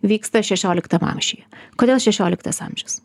vyksta šešioliktam amžiuje kodėl šešioliktas amžius